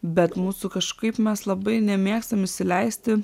bet mūsų kažkaip mes labai nemėgstam įsileisti